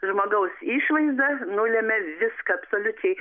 žmogaus išvaizda nulemia viską absoliučiai